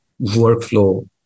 workflow